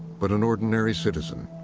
but an ordinary citizen.